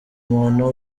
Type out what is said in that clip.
umuntu